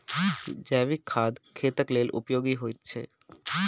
जैविक खाद खेतक लेल उपयोगी होइत छै